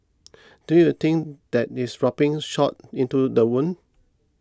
don't you think that is rubbing salt into the wound